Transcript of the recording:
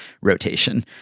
rotation